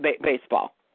baseball